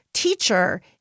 Teacher